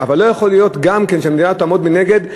לא יכול להיות שהמדינה תעמוד מנגד.